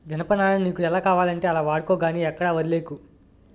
జనపనారని నీకు ఎలా కావాలంటే అలా వాడుకో గానీ ఎక్కడా వొదిలీకు